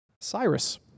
Cyrus